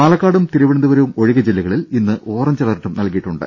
പാലക്കാടും തിരുവനന്തപുരവും ഒഴികെ ജില്ലകളിൽ ഇന്ന് ഓറഞ്ച് അലർട്ടും നൽകിയിട്ടുണ്ട്